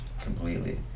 completely